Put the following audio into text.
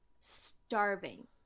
starving